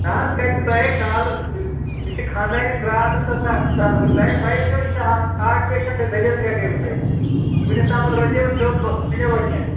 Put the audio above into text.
نہَ حظ کَتہِ تۄہہِ کالہٕ مےٚ چھِ خانٛداریٚنۍ راتَس آسان ہَسپَتال منٛز تۄہہِ ہَے پَیی چھَو یہِ چھا ہاٹ پیشَنٹہٕ دٔلیٖل کیٛاہ گٔیِوٕ تۄہہِ وُنِستام روزیوٕ سیٚود کٲنٛسہِ ونیٛوا کیٚنٛہہ